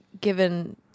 given